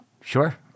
Sure